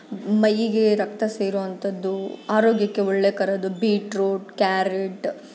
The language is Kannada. ಮೈಗೆ ರಕ್ತ ಸೇರುವಂಥದ್ದು ಆರೋಗ್ಯಕ್ಕೆ ಒಳ್ಳೆಕರದ್ದು ಬಿಟ್ರೂಟ್ ಕ್ಯಾರೆಟ್